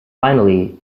finally